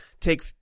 take